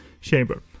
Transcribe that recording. Chamber